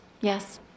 Yes